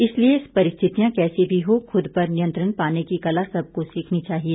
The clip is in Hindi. इसलिए परिस्थितियां कैसी भी हों खुद पर नियंत्रण पाने की कला सबको सीखनी चाहिए